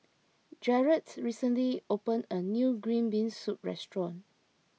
Jaret recently opened a new Green Bean Soup restaurant